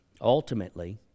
ultimately